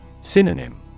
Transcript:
Synonym